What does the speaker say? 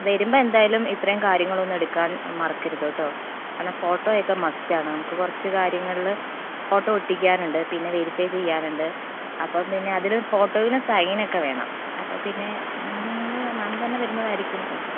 വരുമ്പോൾ എന്തായാലും ഇത്രയും കാര്യങ്ങളൊന്നെടുക്കാൻ മറക്കരുത് കേട്ടോ കാരണം ഫോട്ടോയൊക്കെ മസ്റ്റ് ആണ് നമുക്ക് കുറച്ച് കാര്യങ്ങളിൽ ഫോട്ടോ ഒട്ടിക്കാനുണ്ട് പിന്നെ വേരിഫൈ ചെയ്യാനുണ്ട് അപ്പം പിന്നെ അതിലും ഫോട്ടോയിലും സൈൻ ഒക്കെ വേണം അപ്പം പിന്നെ നിങ്ങൾ മാം തന്നെ വരുന്നതായിരിക്കും ഉചിതം